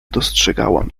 dostrzegałam